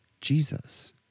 Jesus